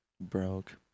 Broke